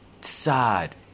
sad